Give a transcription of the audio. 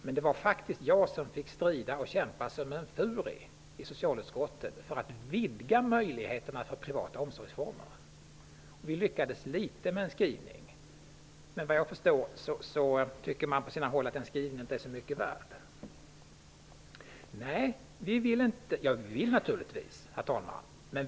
Men det var faktiskt jag som fick strida och kämpa som en furie i socialutskottet för att vidga möjligheterna för privata omsorgsformer. Vi lyckades till viss del med en skrivning, men så vitt jag förstår tycker man på sina håll att den skrivningen inte är så mycket värd. Herr talman!